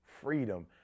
freedom